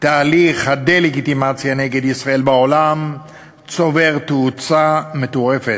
תהליך הדה-לגיטימציה נגד ישראל בעולם צובר תאוצה מטורפת.